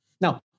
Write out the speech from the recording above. Now